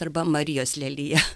arba marijos lelija